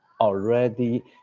already